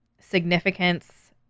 significance